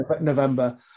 November